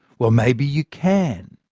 well, maybe you can.